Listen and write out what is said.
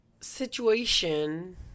situation